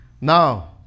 now